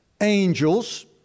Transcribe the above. angels